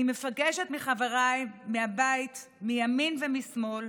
אני מבקשת מחבריי מהבית, מימין ומשמאל,